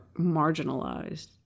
marginalized